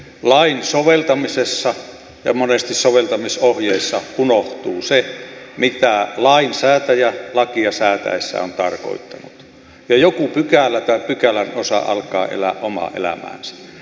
lain soveltamisessa ja monesti soveltamisohjeissa unohtuu se mitä lainsäätäjä lakia säätäessään on tarkoittanut ja joku pykälä tai pykälän osa alkaa elää omaa elämäänsä